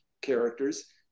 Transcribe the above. characters